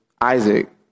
Isaac